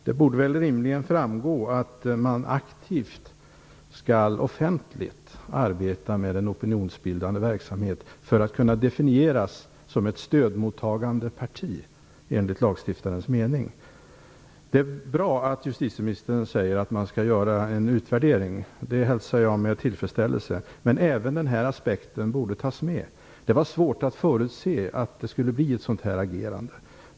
Det borde rimligen framgå att man aktivt skall offentligt arbeta med opinionsbildande verksamhet för att kunna definieras som ett stödmottagande parti enligt lagstiftarens mening. Det är bra att justitieministern säger att man skall göra en utvärdering. Det hälsar jag med tillfredsställelse. Men även den här aspekten borde tas med. Det var svårt att förutse ett sådant här agerande.